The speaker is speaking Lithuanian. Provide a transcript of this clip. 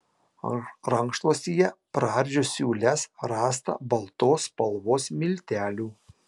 rankšluostyje praardžius siūles rasta baltos spalvos miltelių